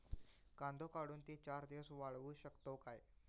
कांदो काढुन ती चार दिवस वाळऊ शकतव काय?